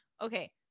okay